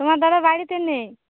তোমার দাদা বাড়িতে নেই